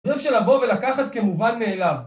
אי אפשר לבוא ולקחת כמובן מאליו